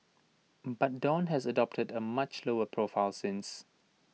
but dawn has adopted A much lower profile since